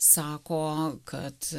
sako kad